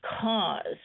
cause